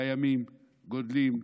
קיימים, גדלים.